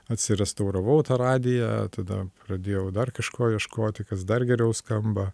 atsirestauravau radiją tada pradėjau dar kažko ieškoti kas dar geriau skamba